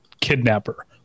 kidnapper